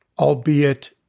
albeit